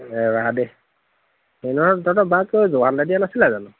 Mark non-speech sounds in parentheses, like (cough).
এৰা দেই (unintelligible) বাক (unintelligible) যোৰহাটলে দিয়া নাছিলা জানো